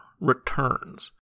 Returns